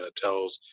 tells